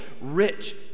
rich